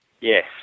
Yes